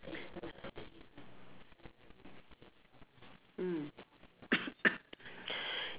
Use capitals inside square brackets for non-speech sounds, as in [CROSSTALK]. mm [COUGHS]